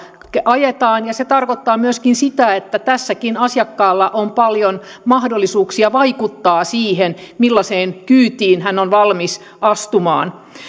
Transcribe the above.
ajetaan ja se tarkoittaa myöskin sitä että tässäkin asiakkaalla on paljon mahdollisuuksia vaikuttaa siihen millaiseen kyytiin hän on valmis astumaan